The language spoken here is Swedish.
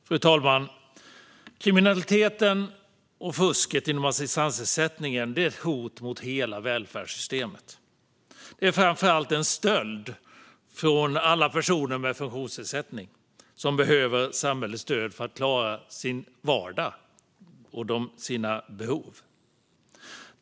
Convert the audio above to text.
Fru talman! Kriminaliteten och fusket inom assistansersättningen är ett hot mot hela välfärdssystemet. Det är framför allt en stöld från alla personer med funktionsnedsättning som behöver samhällets stöd för att klara sin vardag och sina behov.